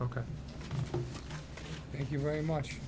ok thank you very much